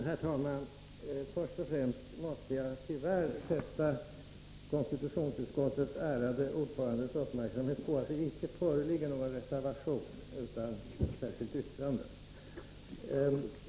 Herr talman! För det första måste jag tyvärr fästa konstitutionsutskottets ärade ordförandes uppmärksamhet på att det icke föreligger någon reservation utan ett särskilt yttrande.